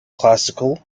classical